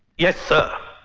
yes, sir.